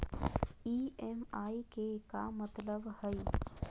EMI के का मतलब हई?